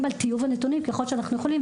על טיוב הנתונים ככל שאנחנו יכולים,